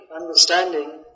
understanding